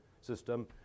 system